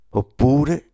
oppure